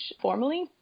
formally